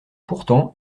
pourtant